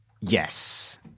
yes